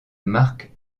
marque